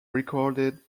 recorded